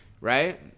right